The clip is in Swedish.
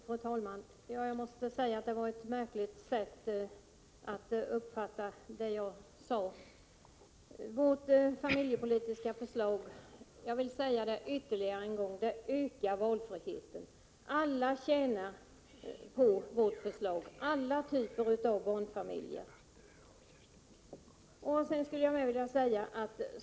Fru talman! Jag måste säga att det var ett märkligt sätt att uppfatta det jag sade. Jag vill säga det ytterligare en gång: Vårt familjepolitiska förslag ökar valfriheten. Alla typer av barnfamiljer tjänar på förslaget.